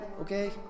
okay